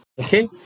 Okay